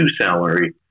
salary